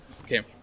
Okay